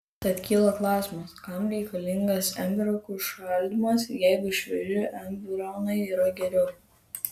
tad kyla klausimas kam reikalingas embrionų šaldymas jeigu švieži embrionai yra geriau